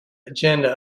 agenda